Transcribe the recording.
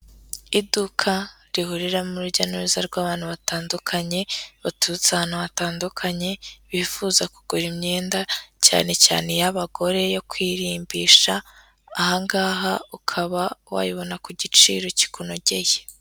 Iduka rihurira urujya n'uruza rw'abantu batandukanye, baturutse ahantu hatandukanye, bifuza kugura imyenda, cyane cyane iy'abagore yo kwirimbisha, aha ngaha ukaba wayibona ku giciro kikunogeye.